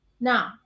now